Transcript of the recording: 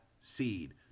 seed